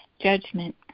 judgment